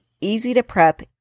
easy-to-prep